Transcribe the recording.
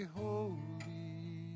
holy